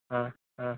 ಹಾಂ ಹಾಂ